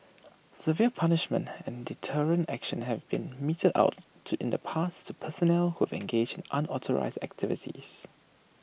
severe punishments and deterrent action have been meted out to in the past to personnel who have engaged in unauthorised activities